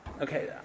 Okay